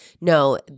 No